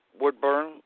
Woodburn